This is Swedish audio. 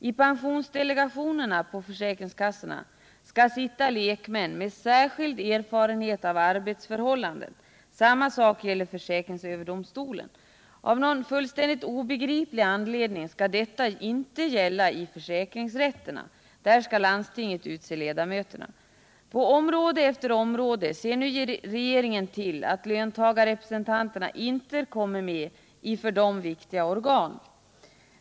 I pensionsdelegationerna på försäkringskassan skall sitta lek män med särskild erfarenhet av arbetsförhållanden. Samma sak gäller försäkringsöverdomstolen. Av någon fullständigt obegriplig anledning skall detta emellertid inte gälla i försäkringsrätterna. Där skall landstinget utse ledamöterna. På område efter område ser nu regeringen till att löntagarrepresentanterna inte kommer med i för dem viktiga organ.